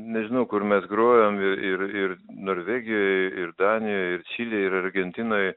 nežinau kur mes grojom ir ir norvegijoj ir danijoj ir čilėj ir argentinoj